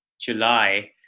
July